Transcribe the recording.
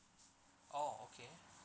oh okay